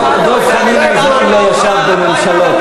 דב חנין מזמן לא ישב בממשלות.